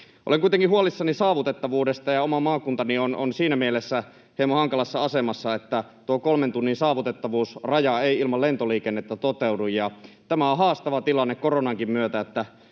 Olen kuitenkin huolissani saavutettavuudesta, ja oma maakuntani on siinä mielessä hieman hankalassa asemassa, että tuo kolmen tunnin saavutettavuusraja ei ilman lentoliikennettä toteudu. Tämä on haastava tilanne koronankin myötä,